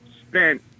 spent